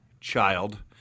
child